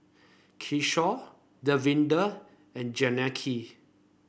Kishore Davinder and Janaki